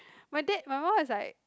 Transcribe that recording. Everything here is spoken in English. my dad my mum is like